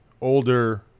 older